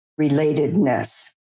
relatedness